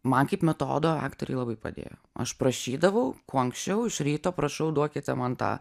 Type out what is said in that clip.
man kaip metodo aktorei labai padėjo aš prašydavau kuo anksčiau iš ryto prašau duokite man tą